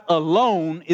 alone